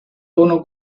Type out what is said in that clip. uno